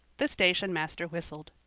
the stationmaster whistled.